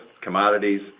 commodities